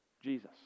Jesus